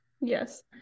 yes